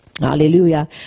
Hallelujah